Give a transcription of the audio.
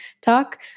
talk